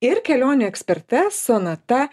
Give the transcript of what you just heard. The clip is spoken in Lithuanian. ir kelionių eksperte sonata